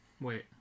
Wait